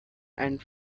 and